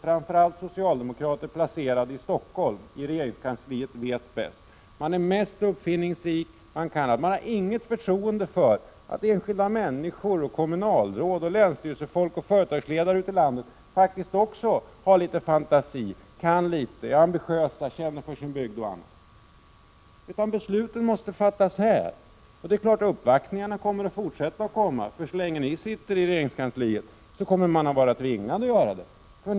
Framför allt är det socialdemokrater placerade i Stockholm, i regeringskansliet, som vet bäst och är mest uppfinningsrika. Han kan inte föreställa sig att enskilda människor, kommunalråd, länsstyrelsefolk och företagsledare utei = Prot. 1986/87:128 landet har kunskap och fantasi, är ambitiösa och känner för sin bygd, utan 21 maj 1987 besluten måste fattas här. Det är klart att uppvaktningarna kommer att fortsätta. Så länge ni sitter i regeringskansliet kommer man att vara tvingad att göra på det sättet.